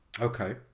Okay